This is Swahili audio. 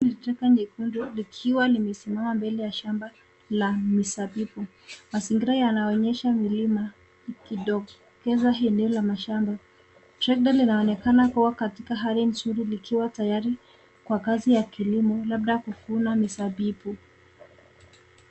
Chaka nyekundu likiwa limesimama mbele ya shamba la mizabibu. Mazingira yanayoonyesha milima ikidokeza eneo la mashamba. Shamba linaonekana likiwa katika hali nzuri likiwa tayari kwa kazi ya kilimo labda kuvuna mizabibu.